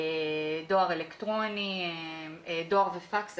דואר אלקטרוני, דואר בפקס.